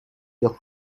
your